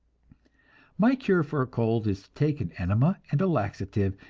my cure for a cold is to take an enema and a laxative,